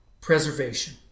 preservation